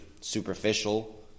superficial